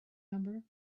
number